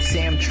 Sam